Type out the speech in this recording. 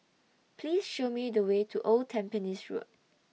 Please Show Me The Way to Old Tampines Road